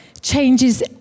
changes